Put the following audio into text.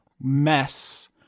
mess